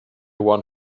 one